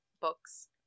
books